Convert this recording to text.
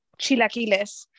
chilaquiles